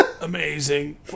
amazing